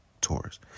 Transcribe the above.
Taurus